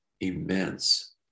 immense